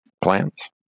plants